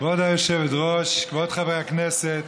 כבוד היושבת-ראש, כבוד חברי הכנסת,